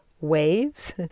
waves